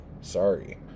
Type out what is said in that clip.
Sorry